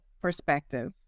perspective